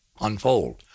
unfold